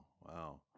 Wow